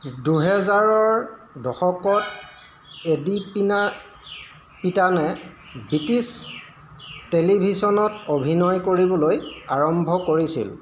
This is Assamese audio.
দুহেজাৰৰ দশকত এডিপিনাপিটানে ব্ৰিটিছ টেলিভিছনত অভিনয় কৰিবলৈ আৰম্ভ কৰিছিল